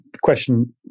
question